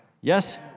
Yes